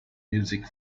music